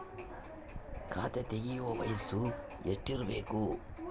ಖಾತೆ ತೆಗೆಯಕ ವಯಸ್ಸು ಎಷ್ಟಿರಬೇಕು?